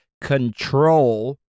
control